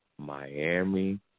Miami